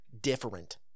different